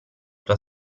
tua